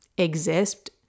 exist